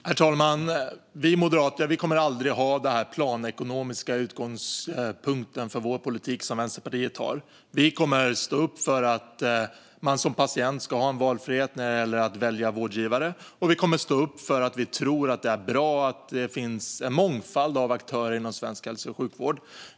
Herr talman! Vi moderater kommer aldrig att ha den planekonomiska utgångspunkt för vår politik som Vänsterpartiet har. Vi kommer att stå upp för att man som patient ska ha en valfrihet när det gäller vårdgivare, och vi kommer att stå upp för att vi tror att det är bra att det finns en mångfald av aktörer inom svensk hälso och sjukvård.